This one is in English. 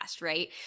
right